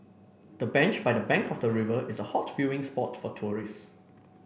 the bench by the bank of the river is a hot viewing spot for tourists